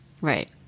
Right